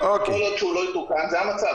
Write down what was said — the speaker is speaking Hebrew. וכל עוד הוא לא יתוקן זה המצב.